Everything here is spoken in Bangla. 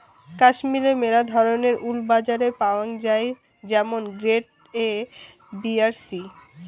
কাশ্মীরের মেলা ধরণের উল বাজারে পাওয়াঙ যাই যেমন গ্রেড এ, বি আর সি